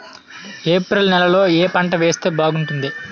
April నెలలో ఏ పంట వేస్తే బాగుంటుంది?